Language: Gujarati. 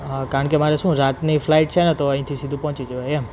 હા કારણ કે મારે શું રાતની ફ્લાઇટ છે તો અહીંથી સીધું પહોંચી જવાય એમ